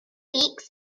weeks